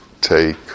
take